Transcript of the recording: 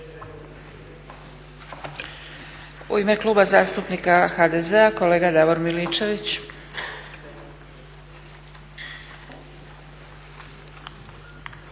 U ime Kluba zastupnika HDZ-a kolega Davor Miličević.